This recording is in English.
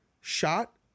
shot